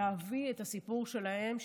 להביא את הסיפור שלהם,